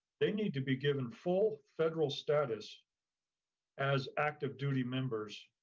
they need to be given full federal status as active duty members.